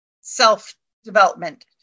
self-development